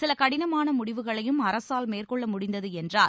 சில கடினமான முடிவுகளையும் அரசால் மேற்கொள்ள முடிந்தது என்றார்